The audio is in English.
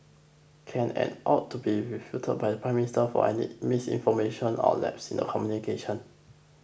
can and ought to be refuted by the Prime Minister for any misinformation or lapses in the communication